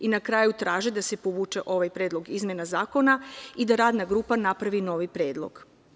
Na kraju traže da se povuče ovaj predlog izmena zakona i da radna grupa napravi novi predlog.